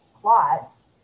plots